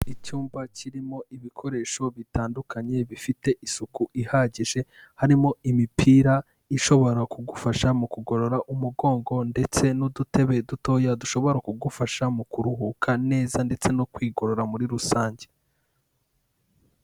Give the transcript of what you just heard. Icyumba kirimo ibikoresho bitandukanye bifite isuku ihagije, harimo imipira ishobora kugufasha mu kugorora umugongo ndetse n'udutebe dutoya dushobora kugufasha mu kuruhuka neza ndetse no kwigorora muri rusange.